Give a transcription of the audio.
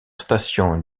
station